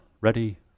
ready